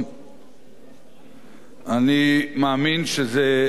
אני מאמין שזה לאין-ערוך יותר מסובך,